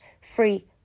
free